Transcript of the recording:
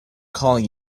calling